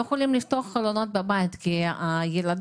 לא יכולים לפתוח חלונות בבית כי הילדות